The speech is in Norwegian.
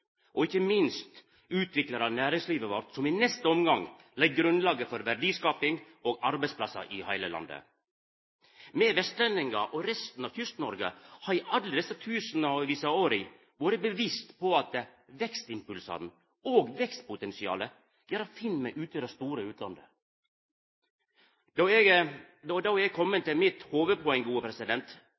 og ikkje minst utviklar næringslivet vårt, som i neste omgang legg grunnlaget for verdiskaping og arbeidsplassar i heile landet. Me vestlendingar og resten av Kyst-Noreg har i alle desse tusenvis av åra vore bevisste på at vekstimpulsane og vekstpotensialet finn me i det store utlandet. Og då er eg komen til mitt hovudpoeng.